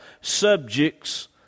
subjects